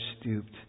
stooped